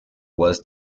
was